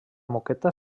moqueta